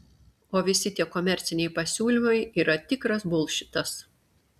o visi tie komerciniai pasiūlymai yra tikras bulšitas